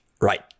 Right